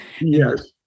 Yes